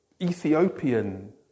Ethiopian